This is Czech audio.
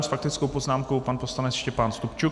S faktickou poznámkou pan poslanec Štěpán Stupčuk.